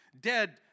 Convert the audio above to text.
dead